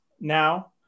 now